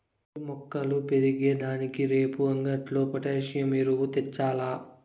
ఓరి మొక్కలు పెరిగే దానికి రేపు అంగట్లో పొటాసియం ఎరువు తెచ్చాల్ల